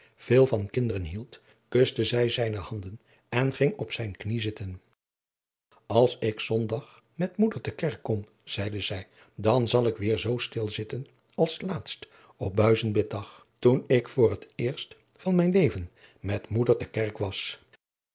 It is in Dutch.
veel van kinderen hield kuste zij zijne handen en ging op zijne knie zitten als ik zondag met moeder te kerk kom zeide zij dan zal ik weêr zoo stil zitten als laatst op buizen biddag toen ik voor het eerst van mijn leven met moeder te kerk was